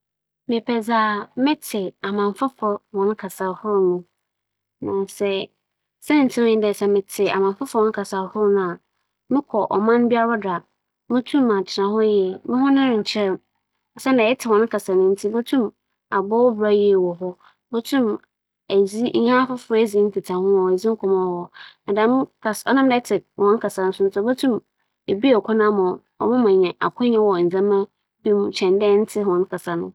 Dɛ mobotum menye mbowa akasa anaaso mobotum m'aka wiadze afaana nyinara kasa no, nkyɛ mepɛ dɛ mutum meka wiadze afaana nyinara kasa kyɛn dɛ menye mbowa bɛkasa siantsir nye dɛ menngye nndzi dɛ ͻdasanyi biara wͻ asaase yi do a otum nye wiadze yi mu ͻdasanyi biara dze nkitaho na ͻba no dɛm a, mebɛda mu soronko na mbowa a wͻnye me bɛkasa dze, munnhu mfaso biara a ͻdze bɛberɛ me.